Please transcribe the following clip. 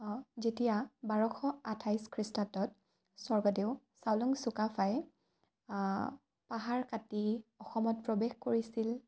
যেতিয়া বাৰশ আঠাইছ খ্ৰীষ্টাব্দত স্বৰ্গদেউ চাউলুং চুকাফাই পাহাৰ কাটি অসমত প্ৰৱেশ কৰিছিল